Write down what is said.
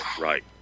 Right